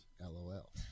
LOL